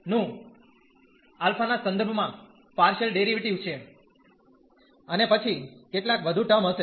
તેથી નું α ના સંદર્ભ માં પાર્શીયલ ડેરીવેટીવ છે અને પછી કેટલાક વધુ ટર્મ હશે